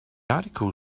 article